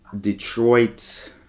Detroit